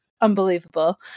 unbelievable